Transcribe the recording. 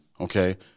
Okay